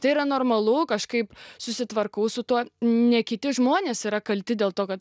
tai yra normalu kažkaip susitvarkau su tuo ne kiti žmonės yra kalti dėl to kad